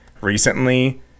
recently